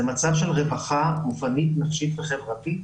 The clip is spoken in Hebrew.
זה מצב של רווחה גופנית, נפשית וחברתית,